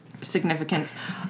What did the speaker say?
significance